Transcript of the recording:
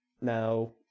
Now